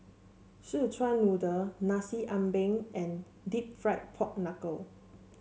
Szechuan Noodle Nasi Ambeng and deep fried Pork Knuckle